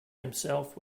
himself